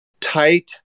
tight